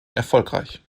erfolgreich